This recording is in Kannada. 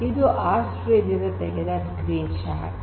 ಇದು ಆರ್ ಸ್ಟುಡಿಯೋ ದಿಂದ ತೆಗೆದ ಸ್ಕ್ರೀನ್ಶಾಟ್